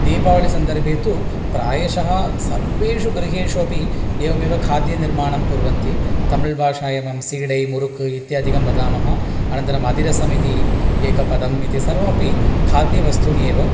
दीपावलिः सन्दर्भे तु प्रायशः सर्वेषु गृहेषु अपि एवमेव खाद्यनिर्माणं कुर्वन्ति तमिळ्भाषायाम् एवं सीडै मुरुकु इत्यादिकं वदामः अनन्तरं मन्दिरसमितिः एकं पदम् इति सर्वमपि खाद्यवस्तूनि एव